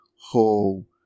whole